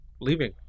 leaving